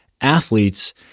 athletes